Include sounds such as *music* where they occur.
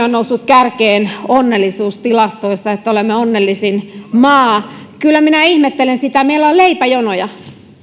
*unintelligible* on noussut kärkeen onnellisuustilastoissa olemme onnellisin maa kyllä minä ihmettelen sitä meillä on leipäjonoja